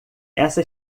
essa